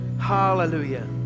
hallelujah